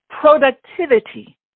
productivity